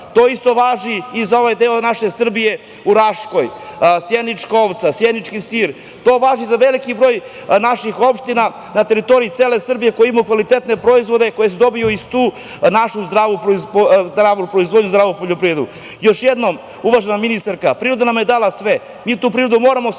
To isto važi i za ovaj deo naše Srbije u Raškoj, sjenička ovca, sjenički sir. To važi za veliki broj naših opština na teritoriji cele Srbije koje imaju kvalitetne proizvode koji se dobijaju iz naše zdrave proizvodnje, zdravlje poljoprivrede. Još jednom, uvažena ministarka, priroda nam je dala sve. Mi tu prirodu moramo